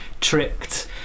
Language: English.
tricked